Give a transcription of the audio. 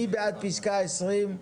מי בעד פיסקה 20?